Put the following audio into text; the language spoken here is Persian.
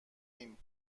ایم